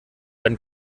dann